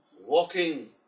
walking